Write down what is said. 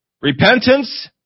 Repentance